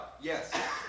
Yes